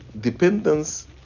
dependence